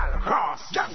Cross